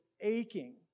aching